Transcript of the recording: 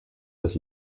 das